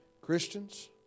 Christians